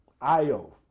Io